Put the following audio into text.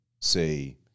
say